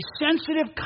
sensitive